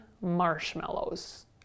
marshmallows